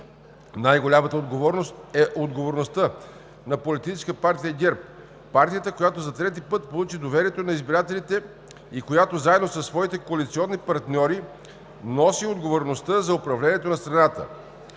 Най-голямата отговорност е отговорността на Политическа партия ГЕРБ – партията, която за трети път получи доверието на избирателите и която заедно със своите коалиционни партньори носи отговорността за управлението на страната.